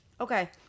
Okay